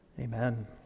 Amen